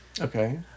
Okay